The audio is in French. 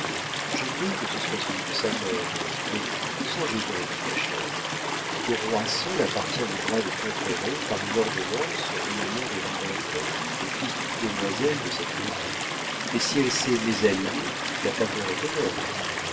j'admets que ce soit celui de sa mère mais songez donc ma chère qu'au roi seul appartient le droit de conférer par une ordonnance le nom des rubempré au fils d'une demoiselle de cette maison et si elle s'est mésalliée la faveur est énorme